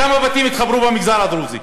כמה בתים יתחברו במגזר הדרוזי?